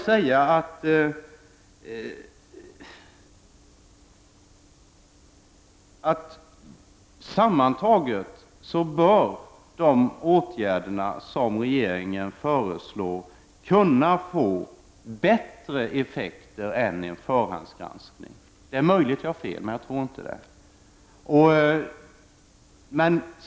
Sammantaget bör de åtgärder som regeringen föreslår kunna få bättre effekt än en förhandsgranskning. Det är möjligt att jag har fel, men jag tror inte det.